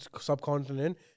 subcontinent